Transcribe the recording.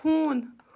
ہوٗن